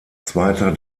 zweiter